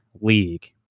league